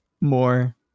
more